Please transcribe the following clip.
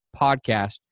PODCAST